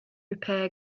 repair